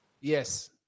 Yes